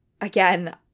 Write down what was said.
again